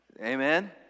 amen